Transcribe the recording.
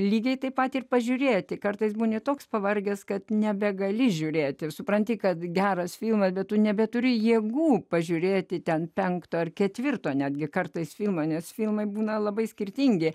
lygiai taip pat ir pažiūrėti kartais būni toks pavargęs kad nebegali žiūrėti ir supranti kad geras filmo metu nebeturi jėgų pažiūrėti ten penkto ar ketvirto netgi kartais filmą nes filmai būna labai skirtingi